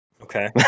Okay